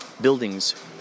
buildings